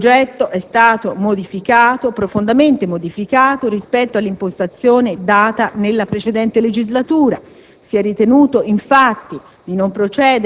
Il progetto è stato profondamente modificato rispetto all'impostazione data nella precedente legislatura. Si è ritenuto, infatti,